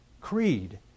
creed